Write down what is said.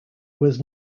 was